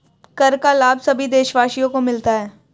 कर का लाभ सभी देशवासियों को मिलता है